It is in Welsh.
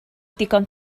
ddigon